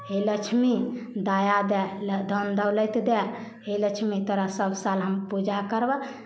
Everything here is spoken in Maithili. हे लक्ष्मी दया दए धनदौलति दए हे लक्ष्मी तोरा सभसाल हम पूजा करबह